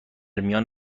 میان